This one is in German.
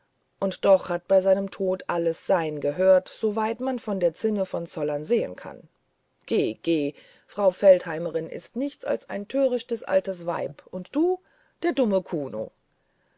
und doch hat bei seinem tod alles sein gehört so weit man von der zinne von zollern sehen kann geh geh frau feldheimerin ist nichts als ein törichtes altes weib und du der dumme kuno